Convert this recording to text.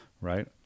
Right